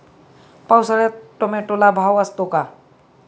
पावसाळ्यात टोमॅटोला भाव असतो का?